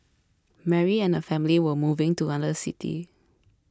Mary and her family were moving to another city